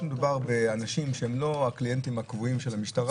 כשמדובר באנשים שהם לא הקליינטים הקבועים של המשטרה,